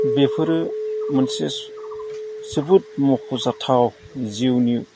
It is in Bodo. बेफोरो मोनसे जोबोद मख'जाथाव जिउनि